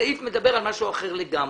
הסעיף מדבר על משהו אחר לגמרי.